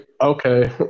okay